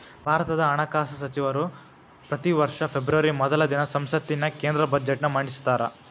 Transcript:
ಭಾರತದ ಹಣಕಾಸ ಸಚಿವರ ಪ್ರತಿ ವರ್ಷ ಫೆಬ್ರವರಿ ಮೊದಲ ದಿನ ಸಂಸತ್ತಿನ್ಯಾಗ ಕೇಂದ್ರ ಬಜೆಟ್ನ ಮಂಡಿಸ್ತಾರ